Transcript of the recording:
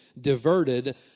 diverted